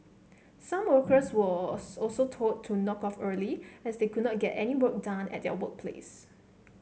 some workers were also told to knock off early as they could not get any work done at their workplace